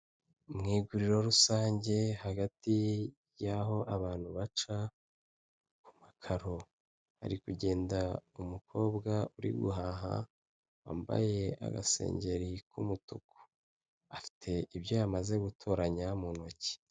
Mu iguriro rusange hagati y'aho abantu baca ku makaro hari kugenda umukobwa uri guhaha wambaye agasengeri k'umutuku afite ibyo yamaze gutoranya mu ntoki.